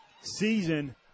season